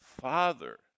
father